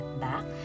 back